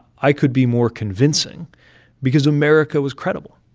i could be more convincing because america was credible.